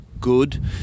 good